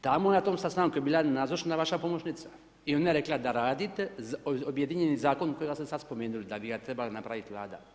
Tamo na tom sastanku je bila nazočna vaša pomoćnica i ona je rekla da radite objedinjeni zakon kojega ste sad spomenuli, da bi ga trebala napraviti Vlada.